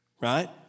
right